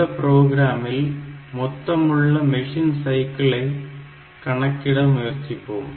இந்த புரோகிராமில் மொத்தமுள்ள மெஷின் சைக்கிளை கணக்கிட முயற்சிப்போம்